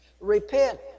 Repent